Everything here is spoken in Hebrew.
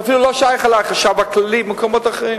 זה אפילו לא שייך לחשב הכללי ולמקומות אחרים.